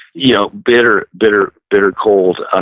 you know bitter, bitter, bitter cold. and